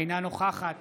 אינה נוכחת